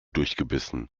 durchgebissen